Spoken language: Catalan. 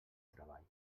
treball